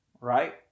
right